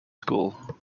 school